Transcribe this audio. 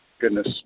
goodness